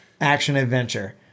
Action-adventure